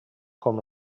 com